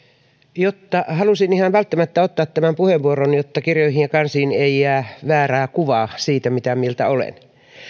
halusin ihan välttämättä ottaa tämän puheenvuoron jotta kirjoihin ja kansiin ei jää väärää kuvaa siitä mitä mieltä olen